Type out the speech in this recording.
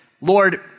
Lord